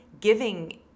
giving